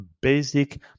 basic